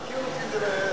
security זה נשמע לא טוב.